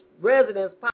residents